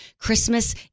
Christmas